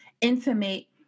intimate